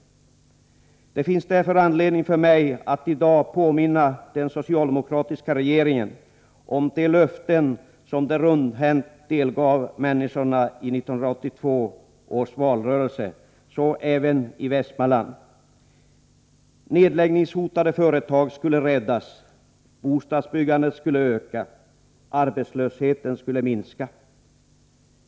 Det finns därför anledning att i dag påminna den socialdemokratiska regeringen om de löften som socialdemokraterna rundhänt gav människorna i 1982 års valrörelse, så även i Västmanland. Nedläggningshotade företag skulle räddas, bostadsbyggandet skulle öka, arbetslösheten skulle minska.